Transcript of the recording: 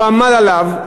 הוא עמל עליו,